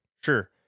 sure